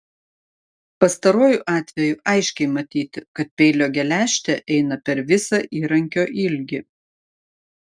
pastaruoju atveju aiškiai matyti kad peilio geležtė eina per visą įrankio ilgį